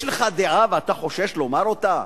יש לך דעה ואתה חושש לומר אותה,